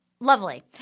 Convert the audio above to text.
lovely